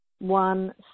One